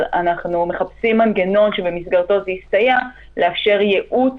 אנחנו מחפשים מנגנון שבמסגרתו יסתייע לאפשר ייעוץ